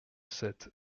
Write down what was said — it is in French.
sept